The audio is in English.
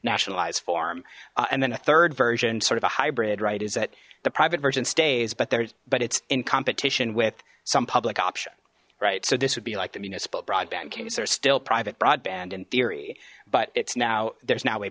nationalized form and then a third version sort of a hybrid right is that the private version stays but there's but it's in competition with some public option right so this would be like the municipal broadband case there's still private broadband in theory but it's now there's now a